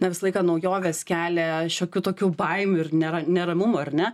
na visą laiką naujovės kelia šiokių tokių baimių ir nėra neramumų ar ne